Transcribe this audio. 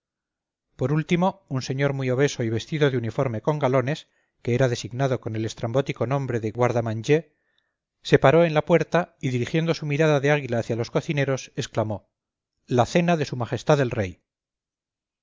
por último un señor muy obeso y vestido de uniforme con galones que era designado con el estrambótico nombre de guardamangier se paró en la puerta y dirigiendo su mirada de águila hacia los cocineros exclamó la cena de s m el rey